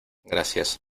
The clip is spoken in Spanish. gracias